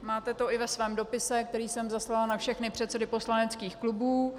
Máte to i ve svém dopise, který jsem zaslala na všechny předsedy poslaneckých klubů.